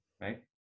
right